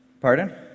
Pardon